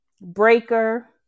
Breaker